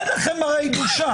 אין לכם הרי בושה.